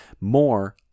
more